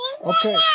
Okay